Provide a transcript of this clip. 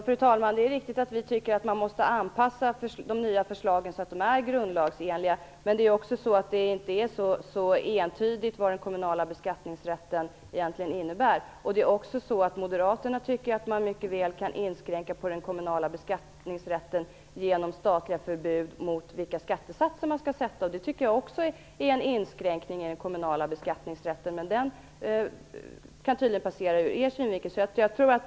Fru talman! Det är riktigt att vi tycker att man måste anpassa de nya förslagen så att de blir grundlagsenliga. Men vad den kommunala beskattningsrätten egentligen innebär är inte så entydigt. Moderaterna tycker att man mycket väl kan inskränka den kommunala beskattningsrätten genom statliga påbud om vilka skattesatser som skall sättas. Detta tycker jag är en inskränkning i den kommunala beskattningsrätten, men den kan tydligen passera ur moderaternas synvinkel.